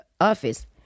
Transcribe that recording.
office